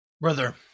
brother